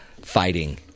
fighting